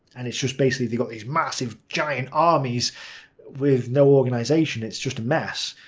and it's just basically they've got these massive giant armies with no organisation, it's just a mess.